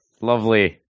lovely